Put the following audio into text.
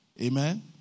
Amen